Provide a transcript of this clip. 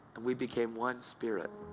and we became one spirit.